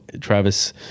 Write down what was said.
Travis